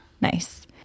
Nice